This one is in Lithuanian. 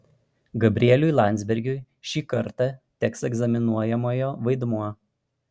gabrieliui landsbergiui šį kartą teks egzaminuojamojo vaidmuo